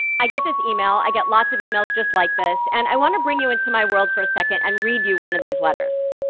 i get this email, i get lots of emails just like this, and i want to bring you into my world for a second and read you one of these letters.